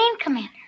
commander